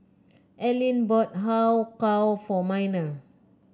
Alleen bought Har Kow for Minor